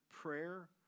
prayer